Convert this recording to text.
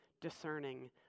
discerning